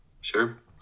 sure